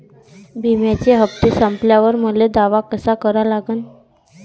बिम्याचे हप्ते संपल्यावर मले दावा कसा करा लागन?